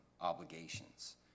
obligations